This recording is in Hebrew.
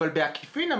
אבל בעקיפין,